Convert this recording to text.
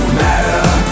matter